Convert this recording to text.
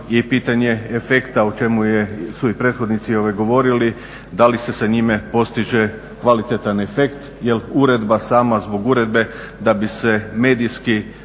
pitanje efekta o čemu su i prethodnici govorili, da li se sa njime postiže kvalitetan efekt jer uredba sama zbog uredbe da bi se medijski